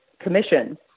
commission